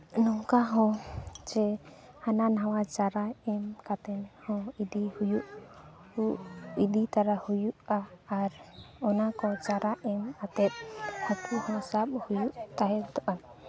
ᱱᱚᱝᱠᱟ ᱦᱚᱸ ᱥᱮ ᱦᱟᱱᱟ ᱱᱟᱣᱟ ᱪᱟᱨᱟ ᱮᱢ ᱠᱟᱛᱮᱫ ᱦᱚᱸ ᱤᱫᱤ ᱦᱩᱭᱩᱜᱼᱟ ᱤᱫᱤᱛᱚᱨᱟ ᱦᱩᱭᱩᱜᱼᱟ ᱟᱨ ᱚᱱᱟ ᱠᱚ ᱪᱟᱨᱟ ᱮᱢ ᱠᱟᱛᱮᱫ ᱦᱟᱠᱩ ᱦᱚᱸ ᱥᱟᱵ ᱦᱩᱭᱩᱜ ᱛᱟᱦᱮᱸᱫᱚᱜ ᱟᱱ